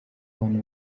abantu